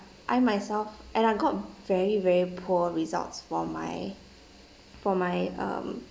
I myself and I got very very poor results for my for my um